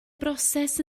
broses